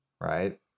right